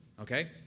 Okay